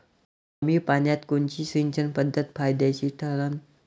कमी पान्यात कोनची सिंचन पद्धत फायद्याची ठरन?